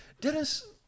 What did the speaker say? Dennis